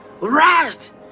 rest